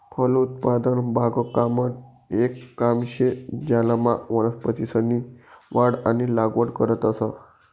फलोत्पादन बागकामनं येक काम शे ज्यानामा वनस्पतीसनी वाढ आणि लागवड करतंस